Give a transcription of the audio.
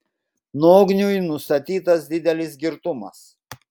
nogniui nustatytas didelis girtumas